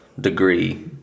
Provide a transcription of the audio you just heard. degree